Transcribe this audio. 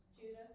Judas